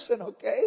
okay